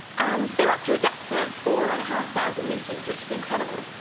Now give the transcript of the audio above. and they were up to a depth of four and a half thousand meters, which is incredible.